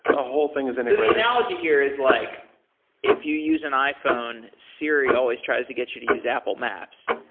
the whole thing is integrated the analogy here is like if you use an iphone, siri always tries to get you to use apple maps.